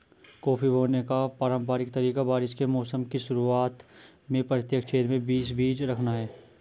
coffee बोने का पारंपरिक तरीका बारिश के मौसम की शुरुआत में प्रत्येक छेद में बीस बीज रखना है